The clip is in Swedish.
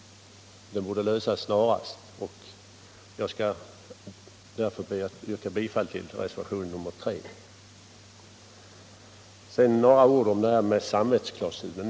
Frågan borde lösas snarast, och jag skall därför be att få yrka bifall till reservationen 3. Sedan några ord om detta med samvetsklausulen.